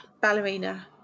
Ballerina